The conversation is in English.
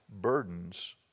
burdens